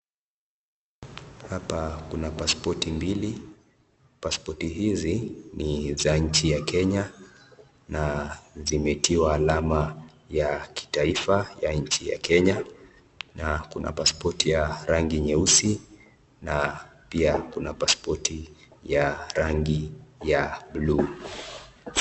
Hapa kuna passprti mbili, passpoti ni za nchi ya Kenya na zimetiwa alama ya kitaifa ya nchi ya Kenya. Na kuna passpoti nyeusi na pia kuna passpoti ya rangi ya buluu.